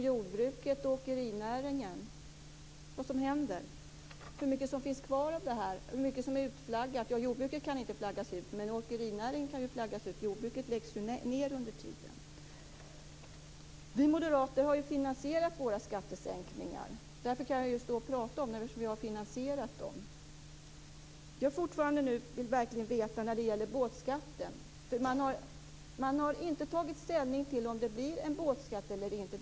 Herr talman! Det är fråga om vad som händer under tiden inom jordbruket och åkerinäringen. Hur mycket finns kvar, hur mycket är utflaggat? Jordbruket kan inte flaggas ut, men åkerinäringen kan flaggas ut. Jordbruket läggs ned under tiden. Vi moderater har finansierat våra skattesänkningar. Det är därför jag kan prata om dem. Jag vill fortfarande verkligen veta vad som gäller för båtskatten. Man har inte tagit ställning till om det blir en båtskatt eller inte.